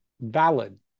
valid